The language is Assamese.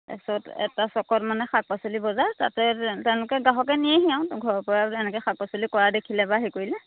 তাৰ পিছত এটা চকত মানে শাক পাচলি বজাৰ তাতে তেওঁলোকে গ্ৰাহকে নিয়েহি আৰু ঘৰৰপৰা এনেকৈ শাক পাচলি কৰা দেখিলে বা হেৰি কৰিলে